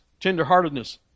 tenderheartedness